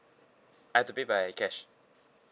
I had to pay by cash